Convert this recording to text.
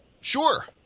Sure